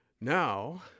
Now